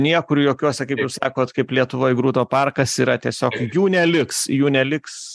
niekur jokiuose kaip jūs sakot kaip lietuvoj grūto parkas yra tiesiog jų neliks jų neliks